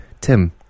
Tim